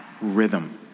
rhythm